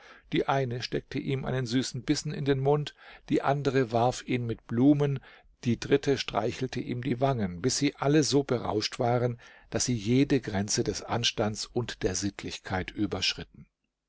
die eine steckte ihm einen süßen bissen in den mund die andere warf ihn mit blumen die dritte streichelte ihm die wangen bis sie alle so berauscht waren daß sie jede grenze des anstands und der sittlichkeit überschritten